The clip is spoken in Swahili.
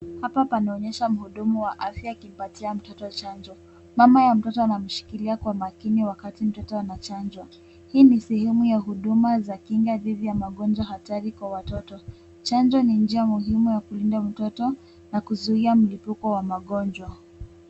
Hapa panaonyesha mhudumu wa afya akipatia mtoto chanjo. Mama ya mtoto anamshikilia kwa makini wakati mtoto anachanjwa. Hii ni sehemu ya huduma za kinga dhidi ya magonjwa hatari kwa watoto. Chanjo ni njia muhimu ya kulinda mtoto na kuzuia mlipuko wa magonjwa.